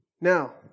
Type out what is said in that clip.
Now